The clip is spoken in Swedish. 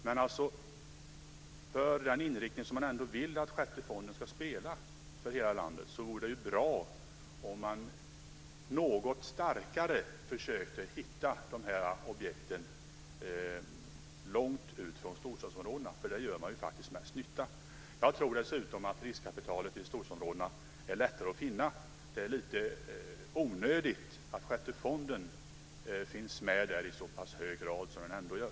Men för den inriktning som man vill att den sjätte fonden ska ha för hela landet så vore det bra om man i något högre grad försökte hitta objekten långt utanför storstadsområdena, för där gör fonden faktiskt mest nytta. Jag tror dessutom att riskkapitalet till storstadsområdena är lättare att finna. Det är lite onödigt att sjätte fonden finns med där i så pass hög grad som den gör.